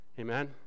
Amen